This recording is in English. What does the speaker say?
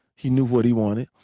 he knew what he wanted.